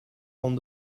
van